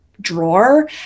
drawer